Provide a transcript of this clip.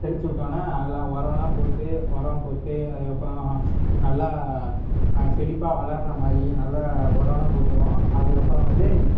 தெளித்து விட்டோன்ன அதில் உரலாம் போட்டு உரம் போட்டு அதுக்கப்புறம் நல்லா செழிப்பா வளர்கிற மாதிரி நல்லா உரலாம் போட்டிருவோம் அதுக்கப்புறம் வந்து